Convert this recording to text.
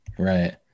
Right